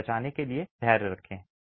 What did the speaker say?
उन्हें बनाने के लिए धैर्य रखें